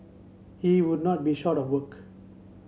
he would not be short of work